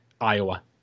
Iowa